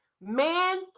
Man